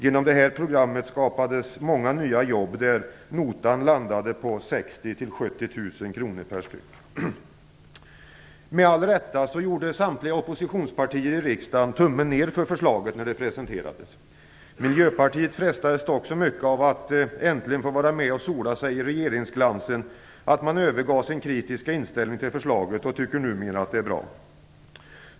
Genom det programmet skapades många nya jobb, och notan landade i detta fall på mellan 60 000 och Med all rätt gjorde samtliga oppositionspartier i riksdagen tummen ner för förslaget när det presenterades. Miljöpartiet frestades dock så mycket av att äntligen få vara med och sola sig i regeringsglansen att man övergav sin kritiska inställning till förslaget och numera tycker att det är bra.